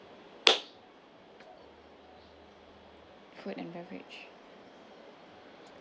food and beverage